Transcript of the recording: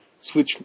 switch